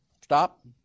Stop